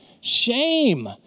Shame